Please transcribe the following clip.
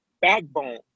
backbone